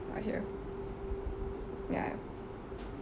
are here ya